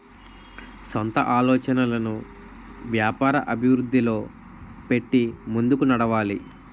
సొంత ఆలోచనలను వ్యాపార అభివృద్ధిలో పెట్టి ముందుకు నడవాలి